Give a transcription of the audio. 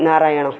नारायणः